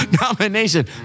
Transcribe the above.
nomination